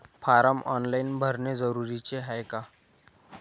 Form online भरने जरुरीचे हाय का?